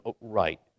right